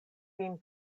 vin